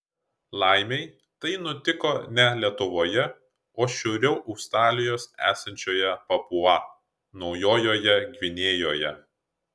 laimei tai nutiko ne lietuvoje o šiauriau australijos esančioje papua naujojoje gvinėjoje